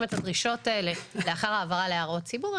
את הדרישות האלה לאחר העברה להערות ציבור.